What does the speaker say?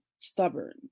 stubborn